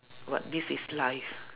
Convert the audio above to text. but this is life